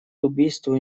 убийству